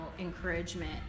encouragement